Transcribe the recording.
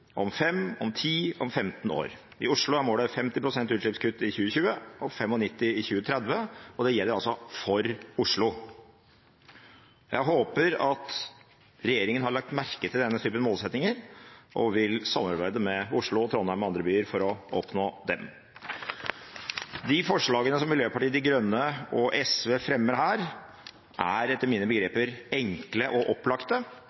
om 10, om 15 år. I Oslo er målet 50 pst. utslippskutt i 2020 og 95 pst. i 2030, og det gjelder altså for Oslo. Jeg håper at regjeringen har lagt merke til denne typen målsettinger og vil samarbeide med Oslo, Trondheim og andre byer for å oppnå dem. De forslagene som Miljøpartiet De Grønne og SV fremmer her, er etter mine begreper enkle og opplagte.